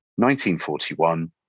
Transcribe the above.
1941